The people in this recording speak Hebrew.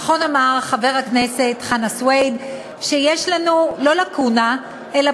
נכון אמר חבר הכנסת חנא סוייד שיש לנו לא לקונה אלא